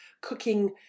cooking